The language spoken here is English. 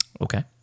Okay